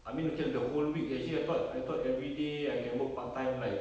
I mean okay lah the whole week actually I thought I thought everyday I can work part time like